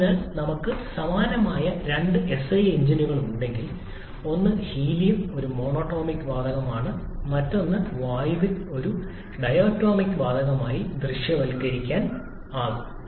അതിനാൽ നമുക്ക് സമാനമായ രണ്ട് എസ്ഐ എഞ്ചിനുകൾ ഉണ്ടെങ്കിൽ ഒന്ന് ഹീലിയം ഒരു മോണറ്റോമിക് വാതകമാണ് മറ്റൊന്ന് പറയുക വായുവിൽ ഒരു ഡയറ്റോമിക് വാതകമായി ദൃശ്യവൽക്കരിക്കാനാകും